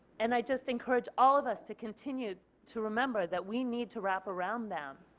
and i just encourage all of us to continue to remember that we need to wrap around them,